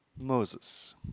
Moses